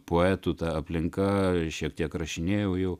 poetų ta aplinka šiek tiek rašinėja jau